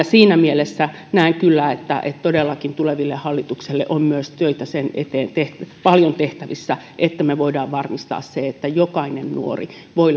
siinä mielessä näen kyllä että todellakin tuleville hallituksille on myös sen eteen paljon töitä tehtävissä että me voimme varmistaa sen että jokainen nuori voi